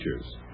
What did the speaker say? features